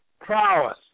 prowess